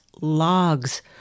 logs